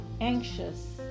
anxious